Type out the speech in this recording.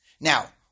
Now